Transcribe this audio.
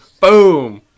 Boom